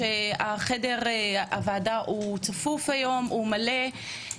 החדר של הוועדה צפוף ומלא היום,